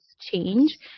change